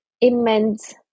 immense